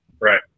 Right